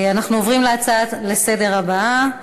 אנחנו עוברים להצעות הבאות לסדר-היום: